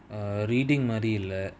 err reading மாரி இல்ல:maari illa